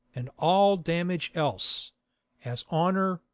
and all damage else as honour,